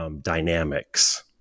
dynamics